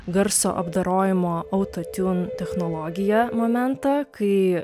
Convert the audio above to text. garso apdorojimo autotiun technologija momentą kai